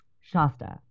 shasta